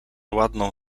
ładną